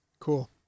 Cool